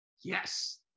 Yes